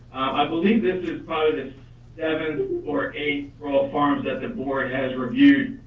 i believe this is part of the seven or eight royal farms that the board has reviewed.